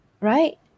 right